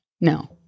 No